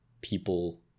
people